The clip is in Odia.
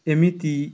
ଏମିତି